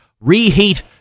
reheat